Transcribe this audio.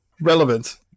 relevant